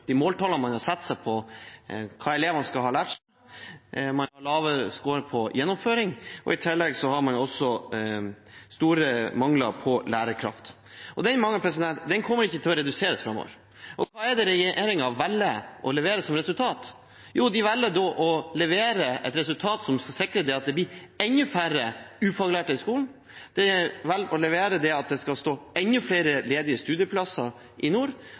de utfordringene man i enkelte områder av dette landet vil få med å skaffe kvalifiserte lærere, og ikke minst med å skaffe nok lærere. Jeg er fra den landsdelen som kanskje skårer dårlig både på måltallene man har satt for hva elevene skal ha lært seg, har lavere skår på gjennomføring og i tillegg store mangler når det gjelder lærerkrefter. Den mangelen kommer ikke til å reduseres framover. Og hva er det regjeringen velger å levere som resultat? Jo, de velger å levere et resultat som sikrer at det blir enda flere ufaglærte lærere i skolen